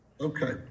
Okay